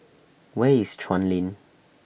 Where IS Chuan Lane